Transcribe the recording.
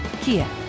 Kia